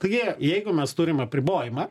taigi jeigu mes turim apribojimą